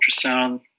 ultrasound